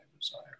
desire